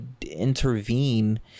intervene